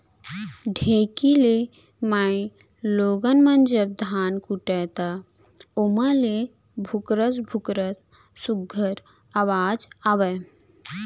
ढेंकी ले माईगोगन मन जब धान कूटय त ओमा ले भुकरस भुकरस सुग्घर अवाज आवय